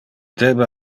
debe